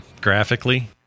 graphically